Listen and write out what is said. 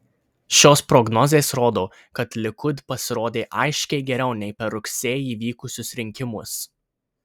šios prognozės rodo kad likud pasirodė aiškiai geriau nei per rugsėjį vykusius rinkimus